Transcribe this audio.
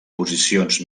posicions